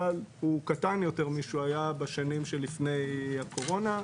אבל הוא קטן יותר משהוא היה בשנים שלפני הקורונה,